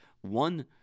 One